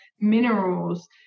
minerals